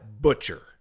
Butcher